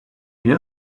you